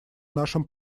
нашем